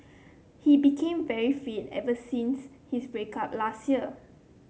he became very fit ever since his break up last year